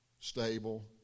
stable